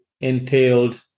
entailed